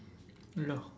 ya